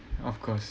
of course